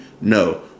No